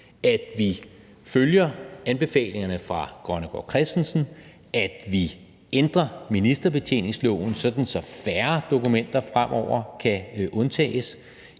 at vi følger anbefalingerne fra Grønnegård Christensen; at vi ændrer ministerbetjeningsloven, sådan at færre dokumenter fremover kan undtages.